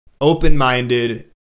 open-minded